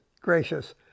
gracious